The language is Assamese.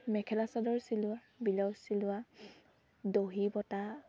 মেখেলা চাদৰ চিলোৱা বিলাউজ চিলোৱা দহি পতা